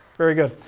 very good.